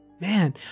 Man